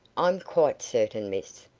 i'm quite certain, miss.